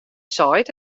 seit